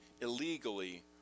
illegally